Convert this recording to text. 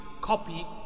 copy